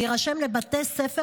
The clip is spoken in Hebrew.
להירשם לבתי ספר,